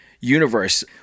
universe